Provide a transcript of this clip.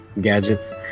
gadgets